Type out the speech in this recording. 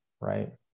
right